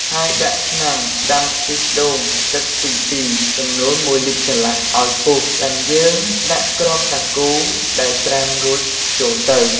ហើយដាក់ឆ្នាំងដាំខ្ទិះដូងទឹកទីពីរចំនូន១លីត្រកន្លះឱ្យពុះ ចាំយើងដាក់គ្រាប់សាគូដែលត្រាំរួចចូលទៅ។